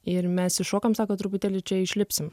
ir mes įšokam sako truputėlį čia išlipsim